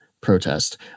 protest